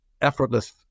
effortless